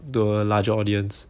to a larger audience